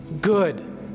Good